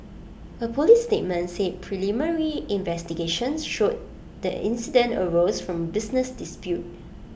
A Police statement said preliminary investigations showed that incident arose from A business dispute